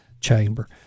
chamber